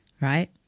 right